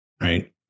right